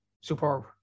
Superb